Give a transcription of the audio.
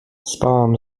spałam